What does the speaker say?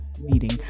meeting